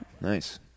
Nice